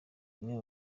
umwe